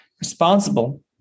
responsible